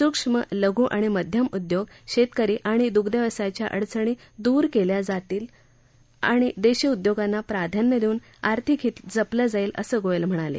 सूक्ष्म लघु आणि मध्यम उद्योग शेतकरी आणि दुग्धव्यवसायाच्या अडचणी दूर केल्या जातील आणि देशी उद्योगांना प्राधान्य देऊन आर्थिक हित जपलं जाईल असंही गोयल म्हणाले